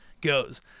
goes